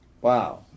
wow